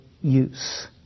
use